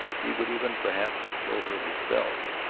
he would even, perhaps, show her his bells,